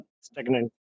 stagnant